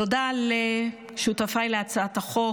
תודה לשותפיי להצעת החוק.